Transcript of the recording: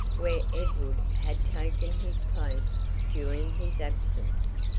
where edward had taken his place during his absence.